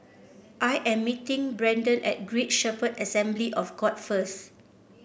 I am meeting Brendon at Great Shepherd Assembly of God first